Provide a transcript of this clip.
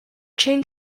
chain